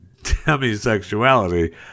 demisexuality